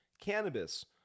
cannabis